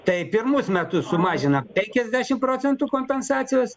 tai pirmus metus sumažina penkiasdešim procentų kompensacijos